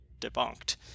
debunked